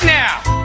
now